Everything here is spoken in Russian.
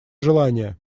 желание